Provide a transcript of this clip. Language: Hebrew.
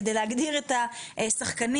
כדי להגדיר את השחקנים,